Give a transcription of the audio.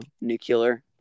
nuclear